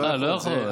הוא לא יכול.